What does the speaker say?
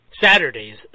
Saturdays